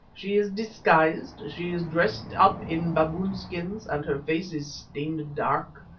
she is disguised, she is dressed up in baboon skins, and her face is stained dark.